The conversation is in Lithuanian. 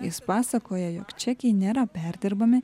jis pasakoja jog čekiai nėra perdirbami